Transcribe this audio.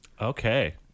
Okay